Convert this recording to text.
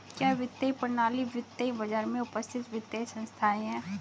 क्या वित्तीय प्रणाली वित्तीय बाजार में उपस्थित वित्तीय संस्थाएं है?